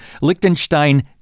Liechtenstein